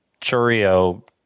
Churio